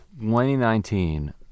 2019